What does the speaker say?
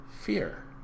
fear